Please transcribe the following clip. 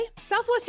Southwest